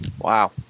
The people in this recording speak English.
Wow